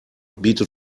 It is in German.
bietet